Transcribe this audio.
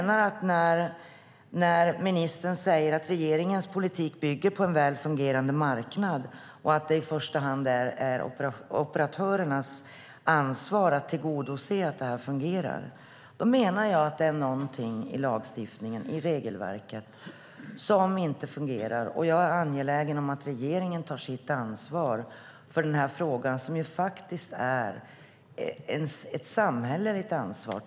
När ministern säger att regeringens politik bygger på en väl fungerande marknad och att det i första hand är operatörernas ansvar att tillgodose att detta fungerar menar jag att det är någonting i lagstiftningen och regelverket som inte fungerar. Jag är angelägen om att regeringen tar sitt ansvar för denna fråga, som faktiskt är ett samhälleligt ansvar.